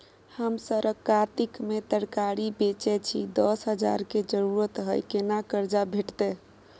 हम सरक कातिक में तरकारी बेचै छी, दस हजार के जरूरत हय केना कर्जा भेटतै?